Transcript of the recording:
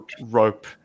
rope